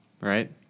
right